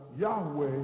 Yahweh